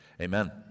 Amen